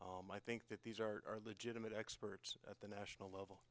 i think that these are legitimate experts at the national level